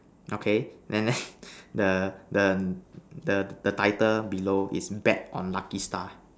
okay then the the the the title below is bet on lucky star